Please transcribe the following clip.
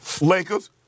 Lakers